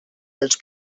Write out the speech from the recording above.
dels